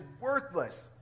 worthless